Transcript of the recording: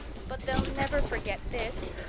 but they'll never forget this.